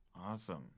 awesome